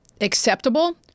acceptable